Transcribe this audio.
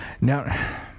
Now